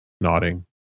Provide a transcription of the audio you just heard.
nodding